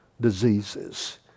diseases